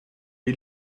die